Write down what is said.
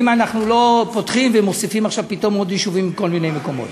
אם אנחנו לא פותחים ומוסיפים עכשיו פתאום עוד יישובים מכל מיני מקומות.